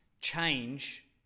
change